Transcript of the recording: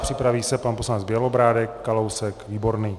Připraví se pan poslanec Bělobrádek, Kalousek, Výborný.